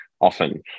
often